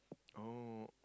oh